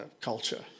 culture